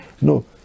No